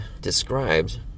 described